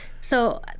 So-